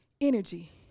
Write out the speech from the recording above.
energy